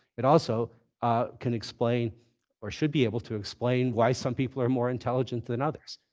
it also can explain or should be able to explain why some people are more intelligent than others.